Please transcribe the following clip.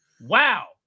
Wow